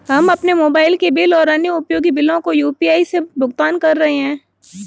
हम अपने मोबाइल के बिल और अन्य उपयोगी बिलों को यू.पी.आई से भुगतान कर रहे हैं